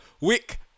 Wick